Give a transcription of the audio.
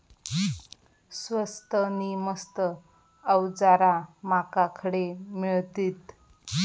स्वस्त नी मस्त अवजारा माका खडे मिळतीत?